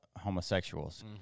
homosexuals